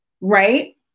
Right